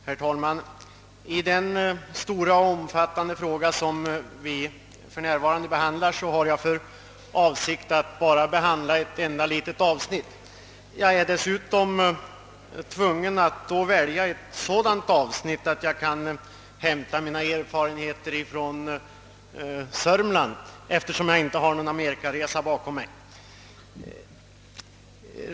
Herr talman! I den stora och omfattande fråga som vi här behandlar har jag för avsikt att endast beröra ett avsnitt. Jag är dessutom tvungen att välja ett sådant avsnitt att jag kan hämta mina erfarenheter från Södermanland, eftersom jag inte har någon amerikaresa bakom mig.